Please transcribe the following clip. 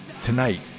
Tonight